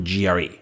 GRE